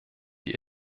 die